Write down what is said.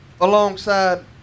alongside